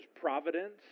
providence